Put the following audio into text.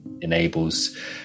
enables